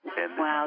Wow